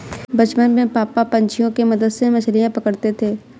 बचपन में पापा पंछियों के मदद से मछलियां पकड़ते थे